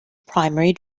primary